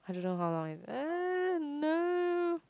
I don't how long eh no